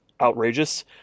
outrageous